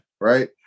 right